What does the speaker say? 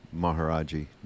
Maharaji